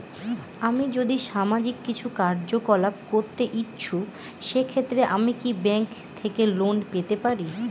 আমি যদি সামাজিক কিছু কার্যকলাপ করতে ইচ্ছুক সেক্ষেত্রে আমি কি ব্যাংক থেকে লোন পেতে পারি?